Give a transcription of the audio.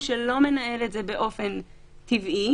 להוסיף את המילים: "ובכלל